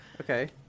Okay